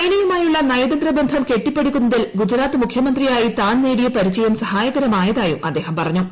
ചൈനയുമായുള്ള നയന്ത്രബന്ധം കെട്ടിപ്പടുക്കുന്നതിൽ ഗുജറാത്ത് മുഖ്യമന്ത്രിയായി താൻ നേടിയ പരിചയം സഹായകരമായതായും അദ്ദേഹിപ്പറഞ്ഞു